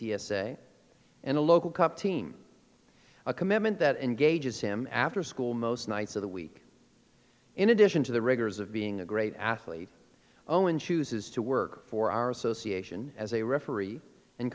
a and a local cup team a commitment that engages him after school most nights of the week in addition to the rigors of being a great athlete owen chooses to work for our association as a referee and